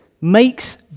makes